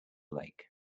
lake